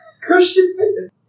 Christian